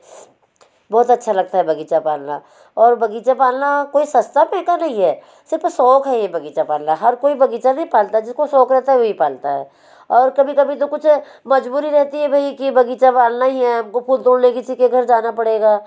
बहुत अच्छा लगता है बगीचा पालना और बगीचा पालना कोई सस्ता महँगा नहीं है सिर्फ शौक है यह बगीचा पालना हर कोई बगीचा नहीं पालता जिसको शौक रहता है वही पालता है और कभी कभी तो कुछ मजबूरी रहती है भई कि बगीचा पालना ही है हमको फूल तोड़ने किसी के घर जाना पड़ेगा